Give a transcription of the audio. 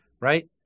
right